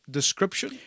description